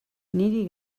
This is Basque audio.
niri